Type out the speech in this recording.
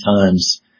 times